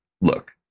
look